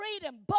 freedom